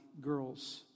girls